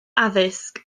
addysg